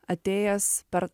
atėjęs per